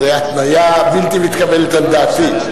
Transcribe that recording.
זה התניה בלתי מתקבלת על דעתי.